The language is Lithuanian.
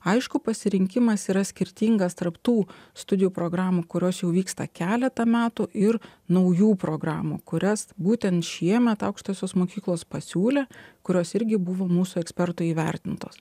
aišku pasirinkimas yra skirtingas tarp tų studijų programų kurios jau vyksta keletą metų ir naujų programų kurias būtent šiemet aukštosios mokyklos pasiūlė kurios irgi buvo mūsų ekspertų įvertintos